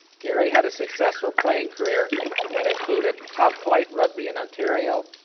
gary had a successful playing career that included top flight rugby in ontario,